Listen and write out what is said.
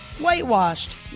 whitewashed